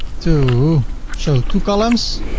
to show two columns.